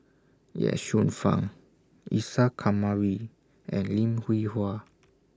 Ye Shufang Isa Kamari and Lim Hwee Hua